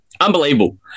Unbelievable